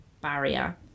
barrier